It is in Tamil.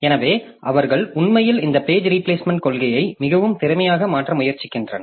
எனவே அவர்கள் உண்மையில் இந்த பேஜ் ரீபிளேஸ்மெண்ட்க் கொள்கையை மிகவும் திறமையாக மாற்ற முயற்சிக்கின்றனர்